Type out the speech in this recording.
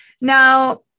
Now